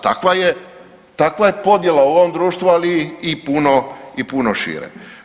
Takva je podjela u ovom društvu, ali i i puno šire.